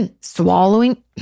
swallowing